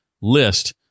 list